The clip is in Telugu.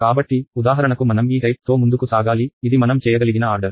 కాబట్టి ఉదాహరణకు మనం ఈ రకంతో ముందుకు సాగాలి ఇది మనం చేయగలిగిన ఆర్డర్